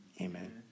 Amen